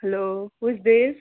hello who is this